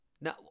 No